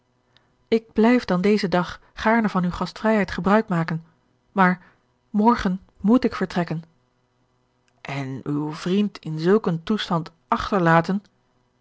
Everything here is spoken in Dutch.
ik blijf dan dezen dag gaarne van uwe gastvrijheid gebruik maken maar morgen moet ik vertrekken en uw vriend in zulk een toestand achterlaten